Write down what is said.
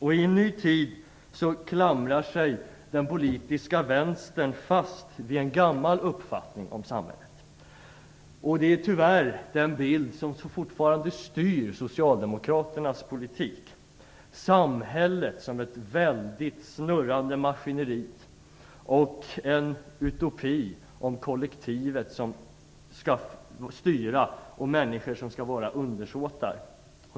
I en ny tid klamrar sig den politiska vänstern fast vid en gammal uppfattning om samhället. Det är tyvärr den bild som fortfarande styr Socialdemokraternas politik, samhället som ett väldigt snurrande maskineri och en utopi om att kollektivet skall styra och människor vara undersåtar.